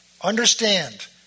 Understand